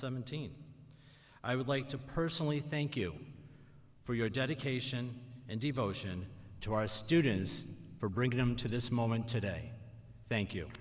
seventeen i would like to personally thank you for your dedication and devotion to our students for bringing them to this moment today thank you